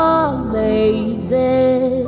amazing